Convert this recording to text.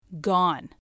gone